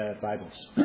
Bibles